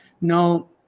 No